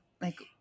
like-